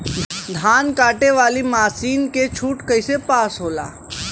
धान कांटेवाली मासिन के छूट कईसे पास होला?